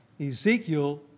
Ezekiel